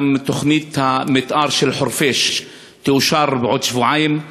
גם תוכנית המתאר של חורפיש תאושר בעוד שבועיים,